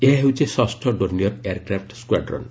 ଏହା ହେଉଛି ଷଷ୍ଠ ଡୋର୍ନିୟର ଏୟାର୍କ୍ରାପ୍ଟ ସ୍କ୍ୱାଡ୍ରନ୍